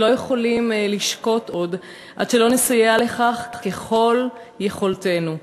לא יכולים לשקוט עוד עד שלא נסייע בכך ככל יכולתנו.